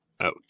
out